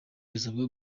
irasabwa